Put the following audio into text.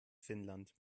finnland